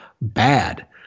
bad